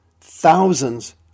thousands